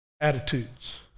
attitudes